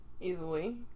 Easily